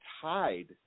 tied